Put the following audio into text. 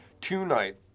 tonight